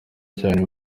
cyane